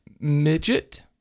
Midget